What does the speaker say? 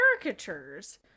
caricatures